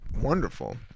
wonderful